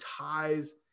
ties